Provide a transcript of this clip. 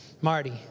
Marty